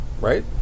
right